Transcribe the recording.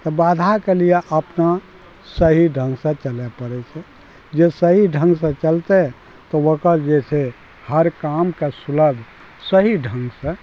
तऽ बाधाके लिये अपना सही ढङ्गसँ चलय पड़य छै जे सही ढङ्गसँ चलतइ तऽ ओकर जे छै हर काम कए सुलभ सही ढङ्गसँ